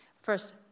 First